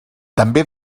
també